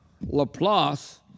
Laplace